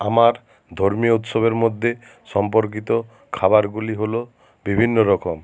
আমার ধর্মীয় উৎসবের মধ্যে সম্পর্কিত খাবারগুলি হলো বিভিন্ন রকম